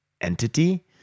entity